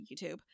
YouTube